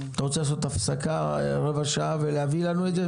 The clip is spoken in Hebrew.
אתה רוצה לעשות הפסקה של רבע שעה ואז להביא לנו את זה?